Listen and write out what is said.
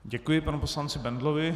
Děkuji panu poslanci Bendlovi.